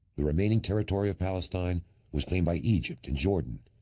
the remaining territory of palestine was claimed by egypt and jordan,